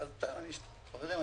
חברים,